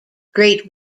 great